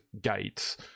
Gates